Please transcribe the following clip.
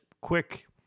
quick